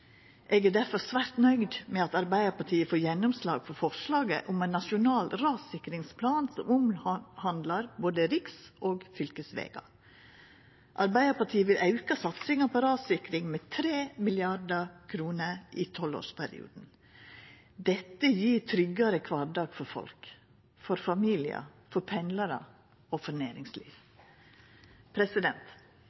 Eg er difor svært nøgd med at Arbeidarpartiet får gjennomslag for forslaget om ein nasjonal rassikringsplan som omhandlar både riks- og fylkesvegar. Arbeidarpartiet vil auka satsinga på rassikring med 3 mrd. kr i tolvårsperioden. Dette gjev ein tryggare kvardag for folk, for familiar, for pendlarar og for